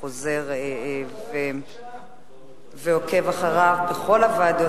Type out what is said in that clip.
הוא חוזר ועוקב אחריו בכל הוועדות,